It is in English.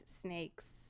snakes